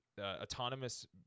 autonomous